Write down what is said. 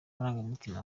amarangamutima